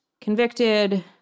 convicted